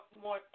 more